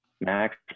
max